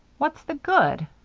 what's the good?